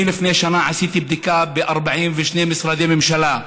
לפני שנה עשיתי בדיקה ב-42 משרדי ממשלה.